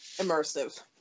immersive